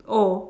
oh